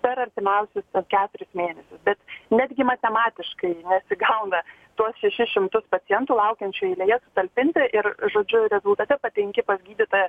per artimiausius keturis mėnesius bet netgi matematiškai nesigauna tuos šešis šimtus pacientų laukiančių eilėje sutalpinti ir žodžiu rezultate patenki pas gydytoją